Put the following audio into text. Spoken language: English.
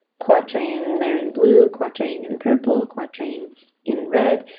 quatrain there in blue, quatrain in purple, quatrain in red,